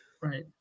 right